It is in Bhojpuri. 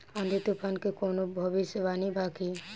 आँधी तूफान के कवनों भविष्य वानी बा की?